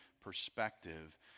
perspective